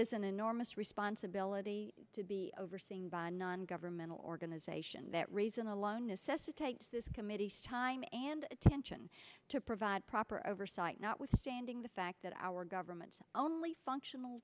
is an enormous responsibility to be overseen by a non governmental organization that reason alone necessitates this committee's time and attention to provide proper oversight not withstanding the fact that our government's only functional